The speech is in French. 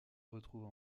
retrouve